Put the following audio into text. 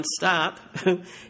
nonstop